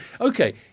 okay